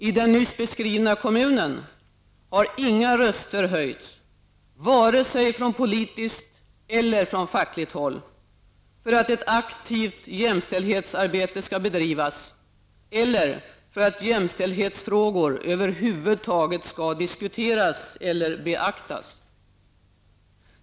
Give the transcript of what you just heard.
I den nyss beskrivna kommunen har inga röster höjts -- vare sig från politiskt eller från fackligt håll -- för att ett aktivt jämställdhetsarbete skall bedrivas eller för att jämställdhetsfrågor över huvud taget skall diskuteras eller beaktas.